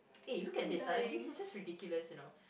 ah look at this uh this is just ridiculous you know